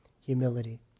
Humility